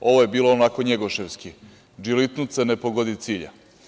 Ovo je bilo ovako njegoševski – džilitnica ne pogodi cilja.